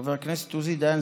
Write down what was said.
חבר הכנסת עוזי דיין,